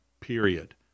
period